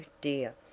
dear